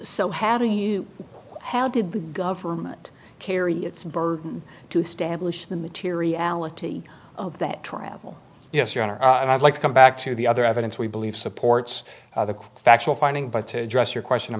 so how do you how did the government carry its burden to establish the materiality that travel yes your honor and i'd like to come back to the other evidence we believe supports the factual finding but to address your question of